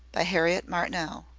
by harriet martineau.